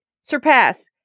surpass